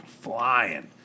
Flying